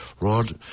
Rod